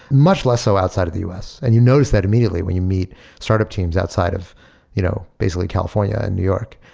much less so outside of the u s, and you notice that immediately when you meet startup teams outside of you know basically california and new york,